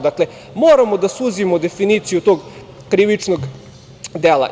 Dakle, moramo da suzimo definiciju tog krivičnog dela.